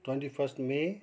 twenty first may